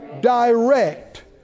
direct